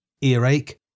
earache